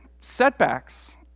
setbacks